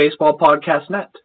baseballpodcastnet